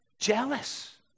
jealous